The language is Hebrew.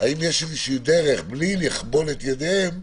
האם יש איזושהי דרך, מבלי לכבול את ידיהם,